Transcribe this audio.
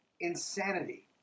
insanity